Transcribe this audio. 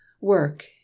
Work